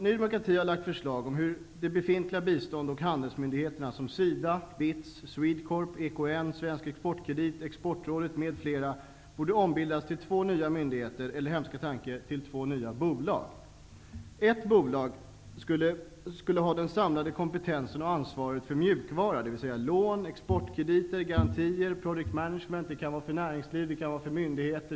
Ny demokrati har framlagt förslag om hur det befintliga bistånds och handelsmyndigheterna SIDA, BITS, SwedeCorp, borde ombildas till två nya myndigheter eller -- hemska tanke -- till två nya bolag. Ett bolag skulle ha den samlade kompetensen och ansvaret för mjukvaran, dvs. lån, exportkrediter, garantier och project management för näringsliv och myndigheter.